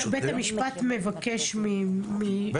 ממי בית המשפט מבקש תזכיר?